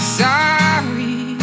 sorry